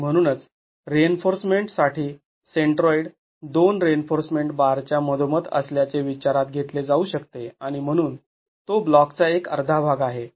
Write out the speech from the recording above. आणि म्हणूनच रिइन्फोर्समेंट साठी सेंट्रॉइड दोन रिइन्फोर्समेंट बार च्या मधोमध असल्याचे विचारात घेतले जाऊ शकते आणि म्हणून तो ब्लॉकचा एक अर्धा भाग आहे